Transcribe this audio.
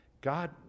God